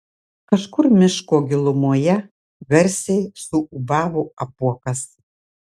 kažkur miško gilumoje garsiai suūbavo apuokas